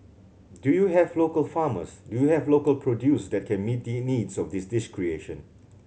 do you have local farmers do you have local produce that can meet the needs of this dish creation